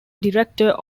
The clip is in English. director